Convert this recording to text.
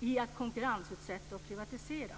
i att konkurrensutsätta och privatisera.